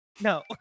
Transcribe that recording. no